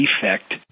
defect